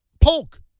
Polk